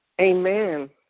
Amen